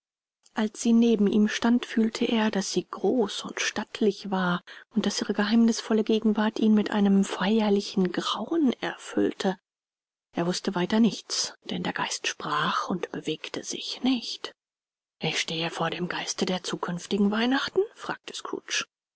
als sie neben ihm stand fühlte er daß sie groß und stattlich war und daß ihre geheimnisvolle gegenwart ihn mit einem feierlichen grauen erfüllte er wußte weiter nichts denn der geist sprach und bewegte sich nicht ich stehe vor dem geiste der zukünftigen weihnachten fragte